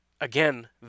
again